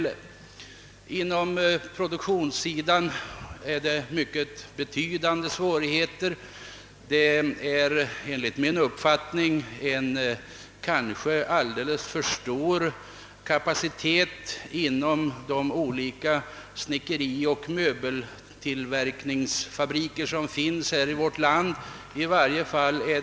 På produktionssidan förekommer mycket betydande svårigheter. Enligt min uppfattning har snickerioch möbeltillverkningsfabrikerna i vårt land en alltför stor kapacitet.